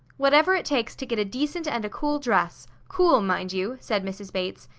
whatever it takes to get a decent and a cool dress cool, mind you, said mrs. bates,